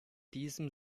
diesem